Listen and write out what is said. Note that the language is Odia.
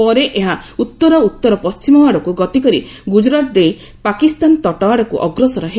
ପରେ ଏହା ଉତର ଉତର ପଣ୍ଟିମ ଆଡକୁ ଗତି କରି ଗୁଜରାଟ ଦେଇ ପାକିସ୍ତାନ ତଟ ଆଡକୁ ଅଗ୍ରସର ହେବ